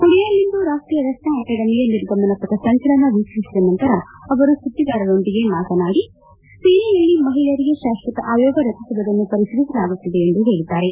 ಪುಣೆಯಲ್ಲಿಂದು ರಾಷ್ಷೀಯ ರಕ್ಷಣಾ ಅಕೆಡೆಮಿಯ ನಿರ್ಗಮನ ಪಥಸಂಚಲನ ವಿಕ್ಷೀಸಿದ ನಂತರ ಅವರು ಸುದ್ಗಿಗಾರರೊಂದಿಗೆ ಮಾತನಾಡಿ ಸೇನೆಯಲ್ಲಿ ಮಹಿಳೆಯರಿಗೆ ಶಾಶ್ವತ ಆಯೋಗ ರಚಿಸುವುದನ್ನು ಪರಿಶೀಲಿಸಲಾಗುತ್ತಿದೆ ಎಂದು ಹೇಳಿದ್ದಾರೆ